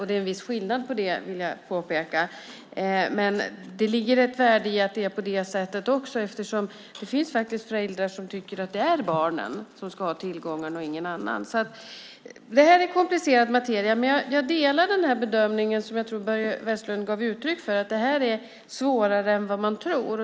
Det är en viss skillnad, vill jag påpeka. Det ligger ett värde i att det är på det sättet. Det finns föräldrar som tycker att barnen och ingen annan ska ha tillgångarna. Detta är komplicerad materia. Jag delar bedömningen som Börje Vestlund gav uttryck för, nämligen att det är svårare än man tror.